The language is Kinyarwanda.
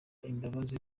imbabazi